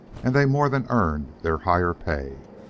and they more than earned their higher pay.